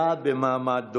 היה במעמד דומה.